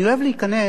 אני אוהב להיכנס,